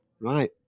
right